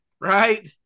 Right